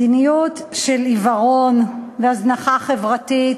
מדיניות של עיוורון והזנחה חברתית.